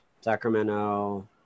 Sacramento